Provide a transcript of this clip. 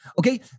Okay